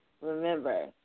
Remember